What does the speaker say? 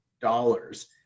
dollars